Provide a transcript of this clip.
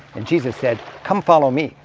and jesus said, come follow me,